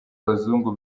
abazungu